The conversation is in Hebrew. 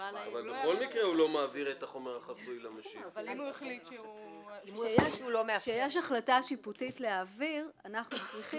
אם, לצורך העניין, מתקבל צו כזה, אנחנו נשמח